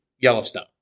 Yellowstone